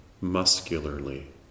muscularly